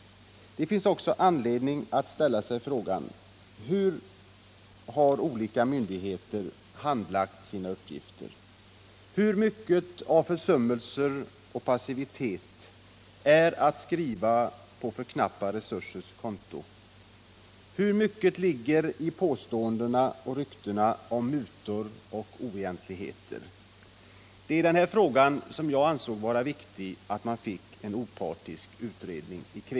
Det finns också anledning att fråga sig: Hur har olika myndigheter handlagt sina uppgifter? Hur mycket av försummelser och passivitet är att skriva på otillräckliga resursers konto? Hur mycket sanning ligger i påståendena och ryktena om mutor och oegentligheter? Det är för att få svar på sådana frågor som jag anser att det är viktigt att en opartisk utredning tillsätts.